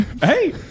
Hey